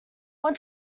want